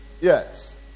Yes